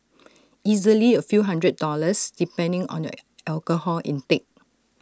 easily A few housand dollars depending on your alcohol intake